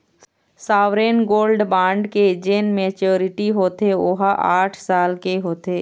sovereign gold bond के जेन maturity होथे ओहा आठ साल के होथे